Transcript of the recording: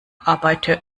arbeite